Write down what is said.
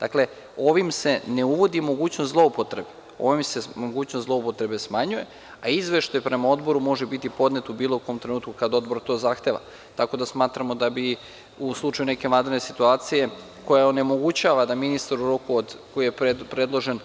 Dakle, ovim se ne uvodi mogućnost zloupotrebe, ovim se mogućnost zloupotrebe smanjuje, a izveštaj prema odboru može biti podnet u bilo kom trenutku kada odbor to zahteva, tako da smatramo da bi u slučaju neke vanredne situacije koja onemogućava da ministar u roku koji je predložen